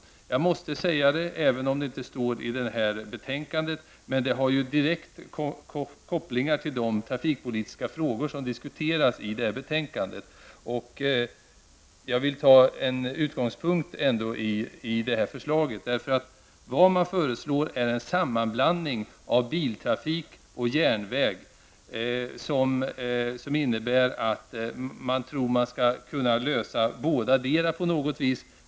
Även om det förslaget inte står i det här betänkandet, har det ju direkta kopplingar till de trafikpolitiska frågor som diskuteras i betänkandet. Jag vill därför ta förslaget som en utgångspunkt. Vad man föreslår är en sammanblandning av biltrafik och järnväg, som innebär att man tror att man skall kunna lösa båda frågorna på något sätt.